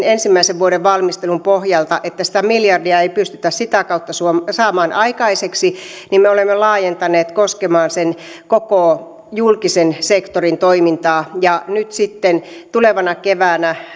ensimmäisen vuoden valmistelun pohjalta että sitä miljardia ei pystytä sitä kautta saamaan aikaiseksi niin me olemme laajentaneet sen koskemaan koko julkisen sektorin toimintaa nyt sitten tulevana keväänä